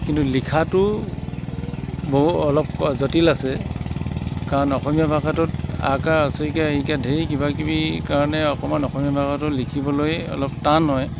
কিন্তু লিখাতো বহু অলপ জটিল আছে কাৰণ অসমীয়া ভাষাটোত আ কাৰ হস্ৰ ই কাৰ কাৰ ই কাৰ ঢেৰ কিবাকিবিৰ কাৰণে অকণমান অসমীয়া ভাষাটো লিখিবলৈ অলপ টান হয়